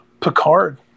Picard